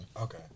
Okay